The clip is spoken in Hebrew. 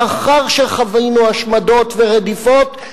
לאחר שחווינו השמדות ורדיפות,